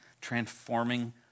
transforming